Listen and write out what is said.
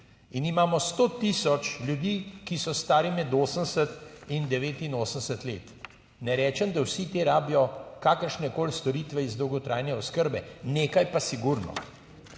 in imamo 100 tisoč ljudi, ki so stari med 80 in 89 let. Ne rečem, da vsi ti rabijo kakršnekoli storitve iz dolgotrajne oskrbe, nekaj pa sigurno.